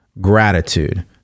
gratitude